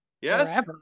Yes